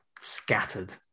scattered